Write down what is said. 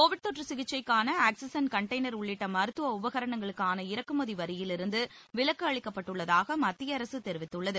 Covid தொற்று சிகிச்சைக்கான oxygen container உள்ளிட்ட மருத்துவ உபகரணங்களுக்கான இறக்குமதி வரியிலிருந்து விலக்கு அளிக்கப்பட்டுள்ளதாக மத்திய அரசு தெரிவித்துள்ளது